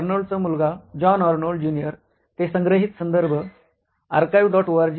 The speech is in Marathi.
अर्नोल्डचा मुलगा जॉन अर्नोल्ड जूनियर ते संग्रहित संदर्भ archive